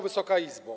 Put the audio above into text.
Wysoka Izbo!